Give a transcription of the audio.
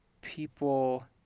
people